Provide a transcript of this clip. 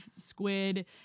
squid